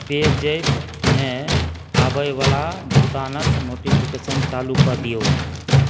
पे JAP मे आबयवला भुगतानक नोटिफिकेशन चालूकऽ दियौ